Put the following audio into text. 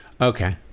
Okay